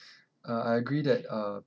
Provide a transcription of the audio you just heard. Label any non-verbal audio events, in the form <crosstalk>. <breath> uh I agree that uh